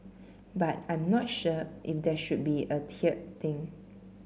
but I'm not sure if there should be a tiered thing